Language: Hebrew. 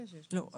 לא,